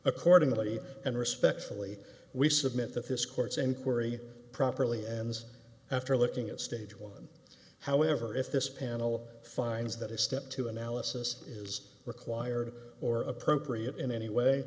accordingly and respectfully we submit that this court's inquiry properly ends after looking at stage one however if this panel finds that a step to analysis is required or appropriate in any way